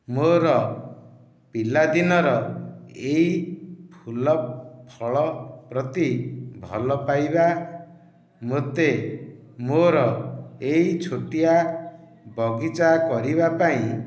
ମୋର ପିଲାଦିନର ଏହି ଫୁଲଫଳ ପ୍ରତି ଭଲପାଇବା ମୋତେ ମୋର ଏହି ଛୋଟିଆ ବଗିଚା କରିବା ପାଇଁ